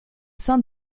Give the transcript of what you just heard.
sein